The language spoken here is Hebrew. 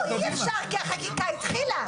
אי אפשר, החקיקה התחילה.